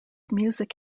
music